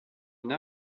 une